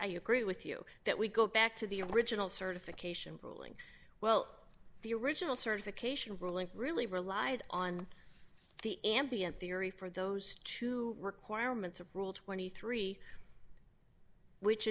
i agree with you that we go back to the original certification proving well the original certification ruling really relied on the ambient theory for those two requirements of rule twenty three which